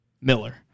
Miller